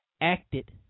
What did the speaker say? acted